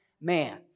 man